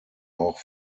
auch